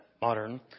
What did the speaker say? modern